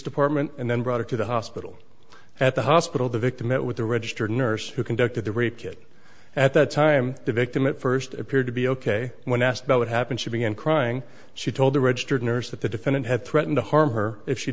department and then brought it to the hospital at the hospital the victim met with the registered nurse who conducted the rape kit at that time the victim at first appeared to be ok when asked about what happened she began crying she told the registered nurse that the defendant had threatened to harm her if she